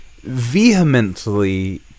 vehemently